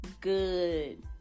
good